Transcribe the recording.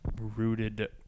rooted